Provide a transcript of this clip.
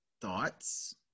thoughts